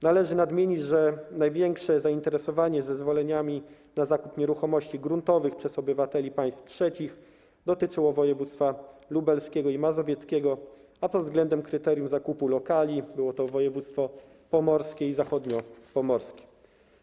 Należy nadmienić, że największe zainteresowanie zezwoleniami na zakup nieruchomości gruntowych przez obywateli państw trzecich dotyczyło województw lubelskiego i mazowieckiego, a pod względem kryterium zakupu lokali były to województwa pomorskie i zachodniopomorskie.